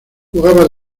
jugaba